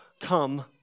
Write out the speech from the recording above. come